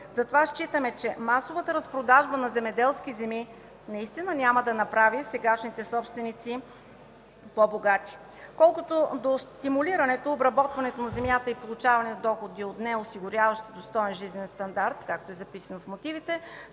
Затова считаме, че масовата разпродажба на земеделски земи наистина няма да направи сегашните собственици по-богати. Колкото до стимулиране обработването на земята и получаването на доходи от нея, осигуряващи „достоен жизнен стандарт”, както е записано в мотивите,